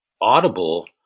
Audible